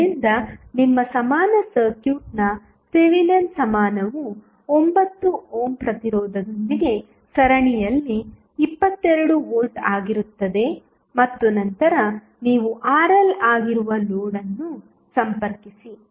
ಆದ್ದರಿಂದ ನಿಮ್ಮ ಸಮಾನ ಸರ್ಕ್ಯೂಟ್ನ ಥೆವೆನಿನ್ ಸಮಾನವು 9 ಓಮ್ ಪ್ರತಿರೋಧದೊಂದಿಗೆ ಸರಣಿಯಲ್ಲಿ 22 ವೋಲ್ಟ್ ಆಗಿರುತ್ತದೆ ಮತ್ತು ನಂತರ ನೀವು RL ಆಗಿರುವ ಲೋಡ್ ಅನ್ನು ಸಂಪರ್ಕಿಸಿ